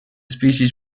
species